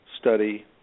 study